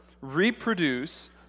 reproduce